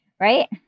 right